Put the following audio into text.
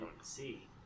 see